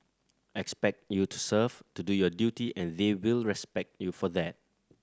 expect you to serve to do your duty and they will respect you for that